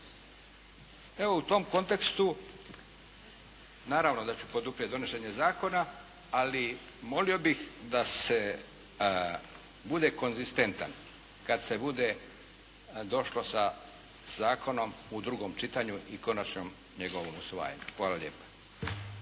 Evo u tom kontekstu naravno da ću poduprijeti donošenje zakona, ali molio bih da se, bude konzistentan, kad se bude došlo sa zakonom u drugom čitanju i konačnom njegovom usvajanju. Hvala lijepa.